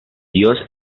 dios